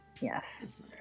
Yes